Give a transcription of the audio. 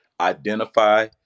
identify